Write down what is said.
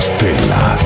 Stella